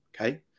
Okay